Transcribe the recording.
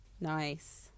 nice